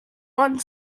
one